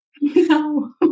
No